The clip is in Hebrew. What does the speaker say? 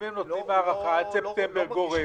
אם הם נותנים הארכה גורפת עד ספטמבר,